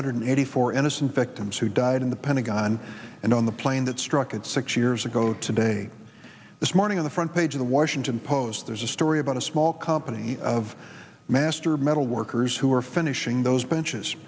hundred eighty four innocent victims who died in the pentagon and on the plane that struck it six years ago today this morning on the front page of the washington post there's a story about a small company of master metal workers who are finishing those benches